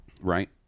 Right